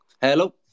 hello